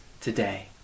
today